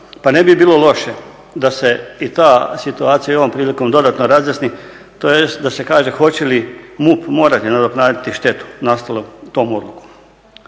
pa ne bi bilo loše da se i ta situacija i ovom prilikom dodatno razjasni, tj. da se kaže hoće li MUP morati nadoknaditi štetu nastalu tom odlukom.